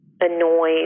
annoyed